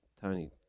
Tony